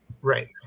Right